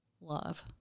love